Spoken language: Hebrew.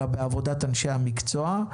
אלא בעבודת אנשי המקצוע.